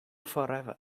forever